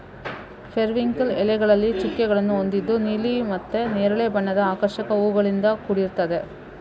periwinkle ಎಲೆಗಳಲ್ಲಿ ಚುಕ್ಕೆಗಳನ್ನ ಹೊಂದಿದ್ದು ನೀಲಿ ಮತ್ತೆ ನೇರಳೆ ಬಣ್ಣದ ಆಕರ್ಷಕ ಹೂವುಗಳಿಂದ ಕೂಡಿರ್ತದೆ